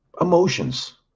emotions